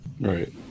right